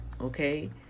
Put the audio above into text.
okay